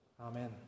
Amen